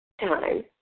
time